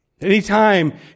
anytime